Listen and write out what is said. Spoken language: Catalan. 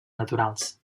naturals